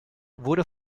wurde